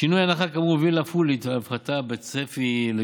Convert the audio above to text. שינוי ההנחה כאמור הוביל אף הוא להפחתה בצפי